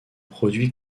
produit